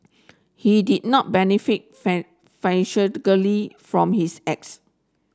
he did not benefit financially from his acts